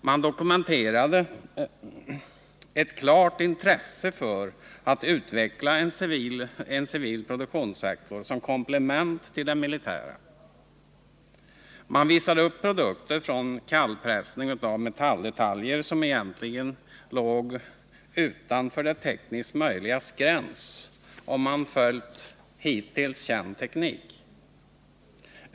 Man dokumenterade ett klart intresse för att utveckla en civil produktionssektor som komplement till den militära sektorn. Man visade upp produkter från kallpressning av metalldetaljer som egentligen skulle ha legat utanför det tekniskt möjligas gräns, om man skulle ha följt hittills känd teknik.